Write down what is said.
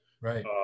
Right